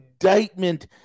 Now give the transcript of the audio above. indictment